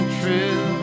true